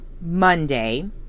Monday